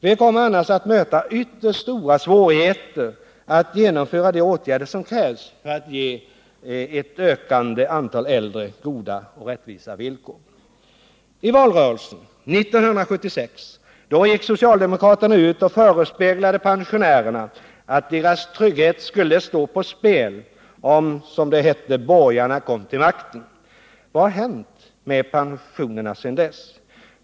Vi kommer annars att möta ytterst stora svårigheter att genomföra de åtgärder som krävs för att ge ett ökande antal äldre goda och rättvisa villkor. I valrörelsen 1976 gick socialdemokraterna ut och förespeglade pensionärerna att deras trygghet skulle stå på spel om, som det hette, borgarna kom till makten. Vad har hänt med pensionerna sedan dess?